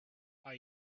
are